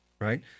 right